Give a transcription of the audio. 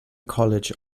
college